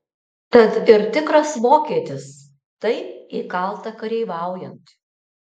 tad ir tikras vokietis taip įkalta kareiviaujant